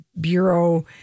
Bureau